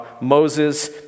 Moses